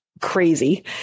crazy